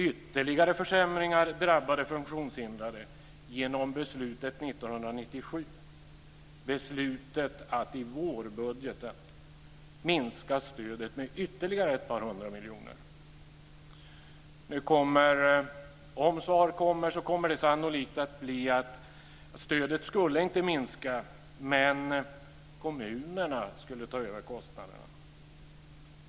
Ytterligare försämringar drabbade funktionshindrade genom beslutet 1997 att i vårbudgeten minska stödet med ytterligare ett par hundra miljoner. Om svar kommer, så kommer det sannolikt att bli att stödet inte skulle minska och att kommunerna skulle ta över kostnaderna.